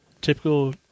Typical